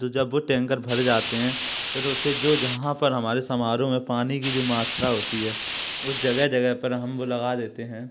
तो जब वो टैंकर भर जाते हैं फिर उस से जो जहाँ पर हमारे समारोह में पानी की जो मात्रा होती है वो जगह जगह पर हम वो लगा देते हैं